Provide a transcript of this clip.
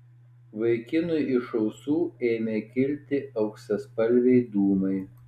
vaikinui iš ausų ėmė kilti auksaspalviai dūmai